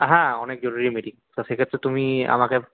হ্যাঁ অনেক জরুরি মিটিং তো সেক্ষেত্রে তুমি আমাকে